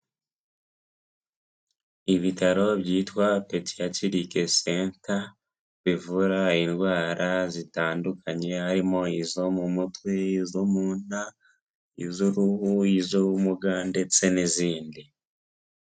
Ibitaro byitwa petiriyatirike senta bivura indwara zitandukanye harimo izo mu mutwe, izo mu nda, iz'uruhu iz'ubumuga ndetse n'izindi.